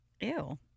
Ew